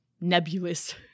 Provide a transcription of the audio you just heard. nebulous